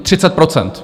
Třicet procent!